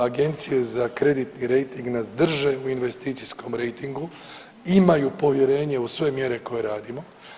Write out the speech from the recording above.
Agencije za kreditni rejting nas drže u investicijskom rejtingu, imaju povjerenje u sve mjere koje radimo.